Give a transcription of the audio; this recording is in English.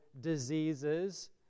diseases